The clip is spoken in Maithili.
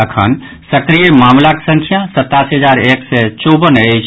अखन सक्रिय मामिलाक संख्या सतासी हजार एक सय चौवन अछि